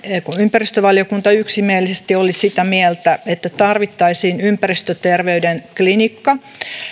että ympäristövaliokunta yksimielisesti oli sitä mieltä että tarvittaisiin ympäristöterveyden klinikka